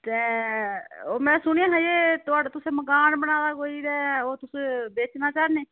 ते में सुनेआ हा थुआड़े तुसें मकान बनाए दा कोई ते ओह् तुस बेचना चाह्न्ने